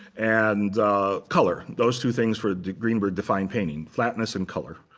and color those two things for a greenberg defined painting flatness and color.